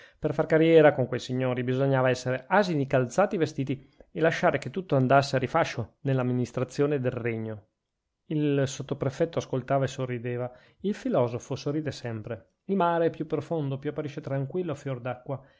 per far carriera con quei signori bisognava essere asini calzati e vestiti e lasciare che tutto andasse a rifascio nella amministrazione del regno il sottoprefetto ascoltava e sorrideva il filosofo sorride sempre il mare più è profondo più apparisce tranquillo a fior d'acqua